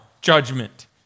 Judgment